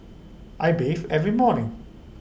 I bathe every morning